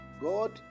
God